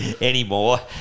anymore